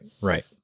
Right